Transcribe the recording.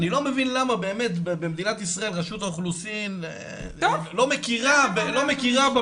אני לא מבין למה באמת במדינת ישראל ברשות האוכלוסין לא מכירה בבדיקה